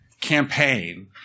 campaign